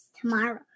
tomorrow